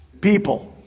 people